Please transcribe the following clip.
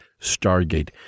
Stargate